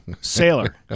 sailor